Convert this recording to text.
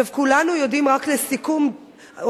רק לסיכום,